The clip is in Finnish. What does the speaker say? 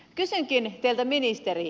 kysynkin teiltä ministeri